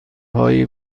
هایی